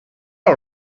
all